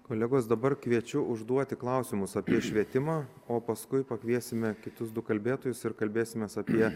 kolegos dabar kviečiu užduoti klausimus apie švietimą o paskui pakviesime kitus du kalbėtojus ir kalbėsimės apie